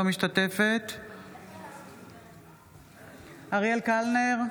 אינה משתתפת בהצבעה אריאל קלנר,